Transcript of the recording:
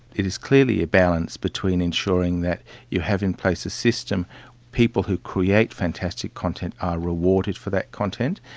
it is clearly a balance between ensuring that you have in place a system where people who create fantastic content are rewarded for that content.